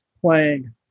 playing